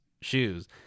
shoes